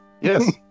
yes